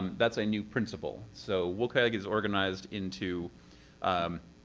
that's a new principle. so wcag is organized into um